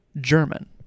German